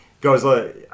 goes